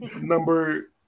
Number